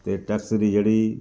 ਅਤੇ ਟੈਕਸ ਦੀ ਜਿਹੜੀ